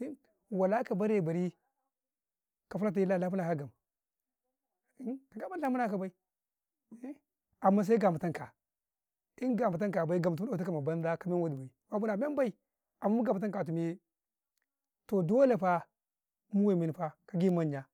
﻿Wala ka bare-bari, ka fulatun layi ware muka gam, gamman na mula ka bay amman sai ga maton ka, in ga mato nu tu ka bay, gam mu ma banza ma men waɗi bay, amman muga natun katu yee, toh dole fa mu wen men fa ka gi manya,